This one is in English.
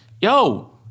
yo